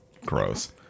Gross